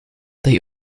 they